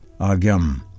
agam